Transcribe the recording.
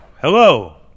Hello